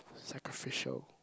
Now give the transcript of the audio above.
sacrificial